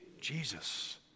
Jesus